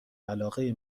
علاقه